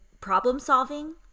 problem-solving